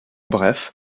bref